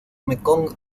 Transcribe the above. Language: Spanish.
mekong